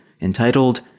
entitled